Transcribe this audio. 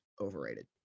overrated